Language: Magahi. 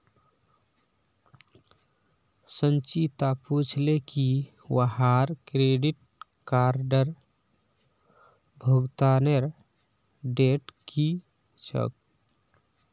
संचिता पूछले की वहार क्रेडिट कार्डेर भुगतानेर डेट की छेक